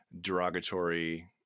derogatory